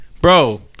Bro